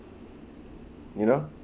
you know